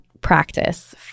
practice